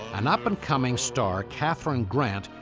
an up and coming star, kathryn grant,